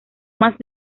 más